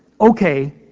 Okay